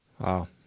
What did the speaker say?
Wow